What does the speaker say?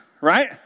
right